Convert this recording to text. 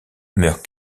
meurt